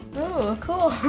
oh, cool.